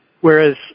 Whereas